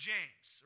James